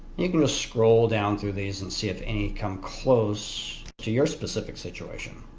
you're going to scroll down through these and see if any come close to your specific situation.